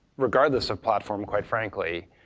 regardless of platform quite frankly,